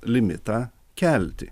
limitą kelti